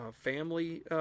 Family